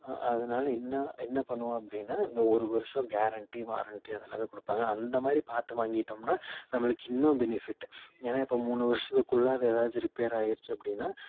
அதனால இன்னும் என்ன பண்ணுவோம் அப்படின்னா இந்த ஒரு வருஷம் கேரண்டி வாரண்டி அதெல்லாமே கொடுப்பாங்க அந்த மாதிரி பார்த்து வாங்கிட்டோம்ன்னால் நம்மளுக்கு இன்னும் பெனிஃபிட்டு ஏன்னா இப்போ மூணு வருஷத்துக்குள்ள அதை எதாச்சும் ரிப்பேர் ஆகிருச்சி அப்படின்னா